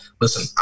Listen